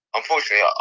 Unfortunately